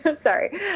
sorry